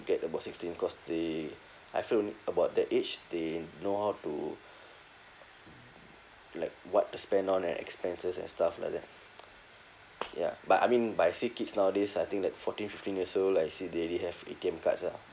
get about sixteen cause they I feel about that age they know how to like what to spend on and expenses and stuff like that ya but I mean but I see kids nowadays I think that fourteen fifteen years old I see they already have A_T_M cards ah